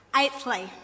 Eighthly